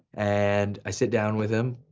and i sit down with him,